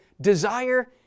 desire